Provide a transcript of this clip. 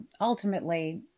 ultimately